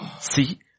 See